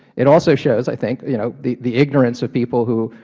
it also shows i think, you know, the the ignorance of people who,